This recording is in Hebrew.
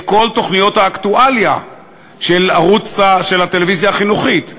כל תוכניות האקטואליה של הטלוויזיה החינוכית.